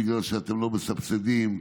בגלל שאתם לא מסבסדים.